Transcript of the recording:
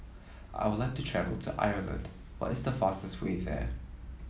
I would like to travel to Ireland what is the fastest way there